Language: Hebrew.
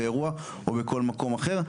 באירוע או בכל מקום אחר.